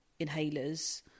inhalers